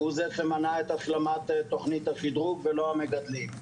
הוא זה שמנע את השלמת תכנית השדרוג ולא המגדלים.